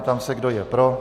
Ptám se, kdo je pro.